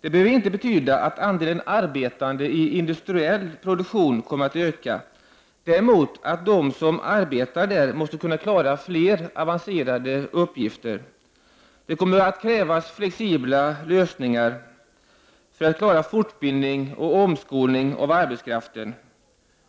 Det behöver inte betyda att andelen arbetande i industriell produktion kommer att öka, däremot måste de som arbetar där kunna klara fler avancerade uppgifter. Det kommer att krävas flexibla lösningar för att klara fortbildning och omskolning av arbetskraften.